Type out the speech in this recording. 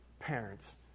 parents